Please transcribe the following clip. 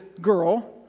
girl